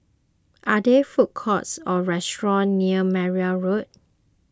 are there food courts or restaurants near Meyer Road